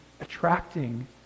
attracting